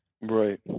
Right